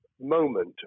moment